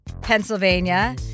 Pennsylvania